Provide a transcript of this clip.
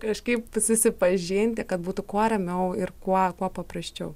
kažkaip susipažinti kad būtų kuo ramiau ir kuo kuo paprasčiau